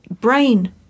brain